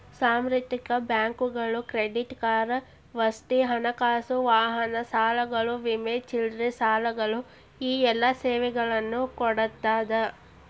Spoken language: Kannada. ಸಾರ್ವತ್ರಿಕ ಬ್ಯಾಂಕುಗಳು ಕ್ರೆಡಿಟ್ ಕಾರ್ಡ್ ವಸತಿ ಹಣಕಾಸು ವಾಹನ ಸಾಲಗಳು ವಿಮೆ ಚಿಲ್ಲರೆ ಸಾಲಗಳು ಈ ಎಲ್ಲಾ ಸೇವೆಗಳನ್ನ ಕೊಡ್ತಾದ